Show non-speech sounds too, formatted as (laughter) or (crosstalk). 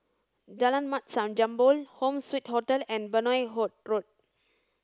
Jalan Mat Jambol Home Suite Hotel and Benoi (unintelligible) Road